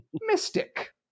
mystic